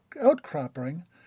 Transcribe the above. outcropping